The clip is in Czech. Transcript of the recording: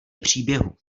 příběhu